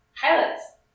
pilot's